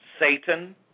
Satan